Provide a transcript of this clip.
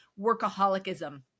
workaholicism